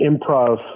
improv